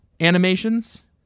animations